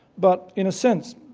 but in a sense,